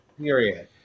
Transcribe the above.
Period